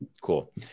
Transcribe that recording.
Cool